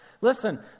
Listen